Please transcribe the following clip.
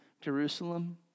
Jerusalem